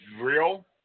real